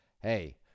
hey